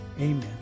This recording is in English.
Amen